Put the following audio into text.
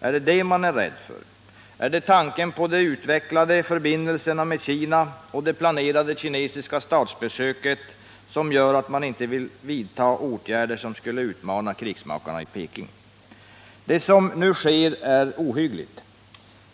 Är det det man är rädd för? Är det tanken på de utvecklade förbindelserna med Kina och det planerade kinesiska statsbesöket som gör att man inte vill vidta åtgärder som skulle utmana krigsmakarna i Peking? Det som nu sker är ohyggligt.